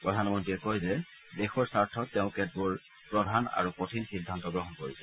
প্ৰধানমন্ত্ৰীয়ে কয় যে দেশৰ স্বাৰ্থত তেওঁ কেতবোৰ প্ৰধান আৰু কঠিন সিদ্ধান্ত গ্ৰহণ কৰিছে